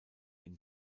ihn